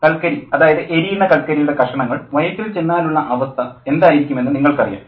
കൽക്കരി അതായത് എരിയുന്ന കൽക്കരിയുടെ കഷണങ്ങൾ വയറ്റിൽ ചെന്നാലുള്ള അവസ്ഥ എന്തായിരിക്കും എന്ന് നിങ്ങൾക്കറിയാം